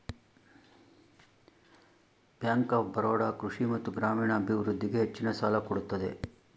bank of Baroda ಕೃಷಿ ಮತ್ತು ಗ್ರಾಮೀಣ ಅಭಿವೃದ್ಧಿಗೆ ಹೆಚ್ಚಿನ ಸಾಲ ಕೊಡುತ್ತದೆ